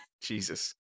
Jesus